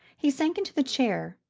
he sank into the chair,